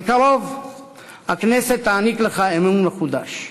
בקרוב הכנסת תעניק לך אמון מחודש,